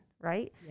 right